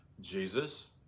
Jesus